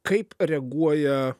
kaip reaguoja